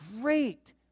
great